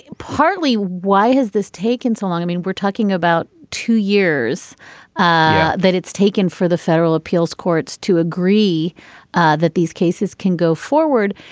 partly why has this taken so long. i mean we're talking about two years ah that it's taken for the federal appeals courts to agree ah that these cases can go forward.